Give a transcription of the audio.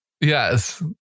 Yes